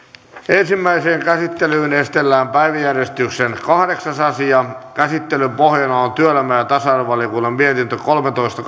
ensimmäiseen käsittelyyn esitellään päiväjärjestyksen kahdeksas asia käsittelyn pohjana on työelämä ja tasa arvovaliokunnan mietintö kolmetoista